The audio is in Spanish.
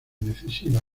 decisiva